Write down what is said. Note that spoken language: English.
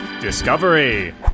discovery